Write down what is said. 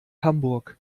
hamburg